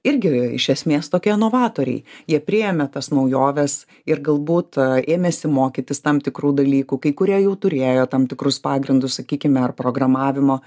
irgi iš esmės tokie novatoriai jie priėmė tas naujoves ir galbūt ėmėsi mokytis tam tikrų dalykų kai kurie jau turėjo tam tikrus pagrindus sakykime ar programavimo